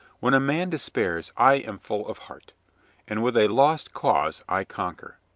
when a man despairs, i am full of heart and with a lost cause i conquer.